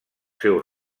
seus